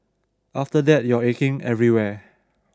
after that you're aching everywhere